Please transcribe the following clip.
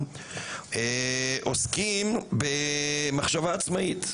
עוסקים במחשבה עצמאית,